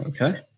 Okay